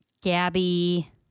Gabby